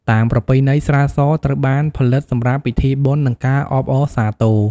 តាមប្រពៃណី ស្រាសត្រូវបានផលិតសម្រាប់ពិធីបុណ្យ និងការអបអរសាទរ។